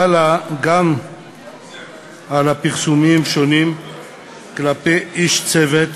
גם לפרסומים שונים כלפי איש צוות